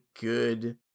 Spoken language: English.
good